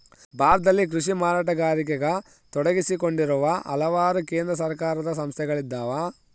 ಭಾರತದಲ್ಲಿ ಕೃಷಿ ಮಾರಾಟಗಾರಿಕೆಗ ತೊಡಗಿಸಿಕೊಂಡಿರುವ ಹಲವಾರು ಕೇಂದ್ರ ಸರ್ಕಾರದ ಸಂಸ್ಥೆಗಳಿದ್ದಾವ